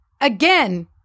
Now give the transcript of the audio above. Again